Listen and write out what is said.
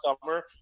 summer